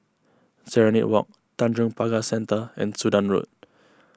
Serenade Walk Tanjong Pagar Centre and Sudan Road